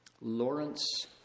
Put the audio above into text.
Lawrence